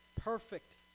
perfect